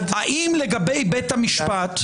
אלא בעיה של שוויון או בעיות אחרות,